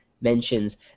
mentions